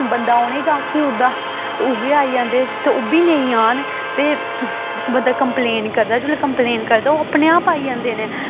बंदा उ'नेंगी गै आक्खी ओड़दा ते उ'ऐ आई जंदे ते ओह् बी नेईं आन ते बंदा कम्पलेन करदा जेल्लै कम्पलेन करदा ओह् अपने आप आई जंदे न